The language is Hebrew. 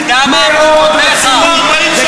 מאוד רצינית,